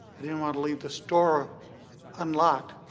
i didn't want to leave the store unlocked,